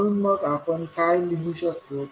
म्हणून मग आपण काय लिहू शकतो